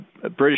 British